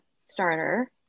starter